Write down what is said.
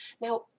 Now